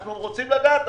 אנחנו רוצים לדעת.